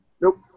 Nope